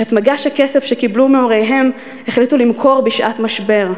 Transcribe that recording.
אך את מגש הכסף שקיבלו מהוריהם החליטו למכור בשעת משבר,